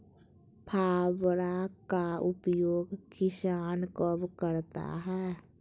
फावड़ा का उपयोग किसान कब करता है?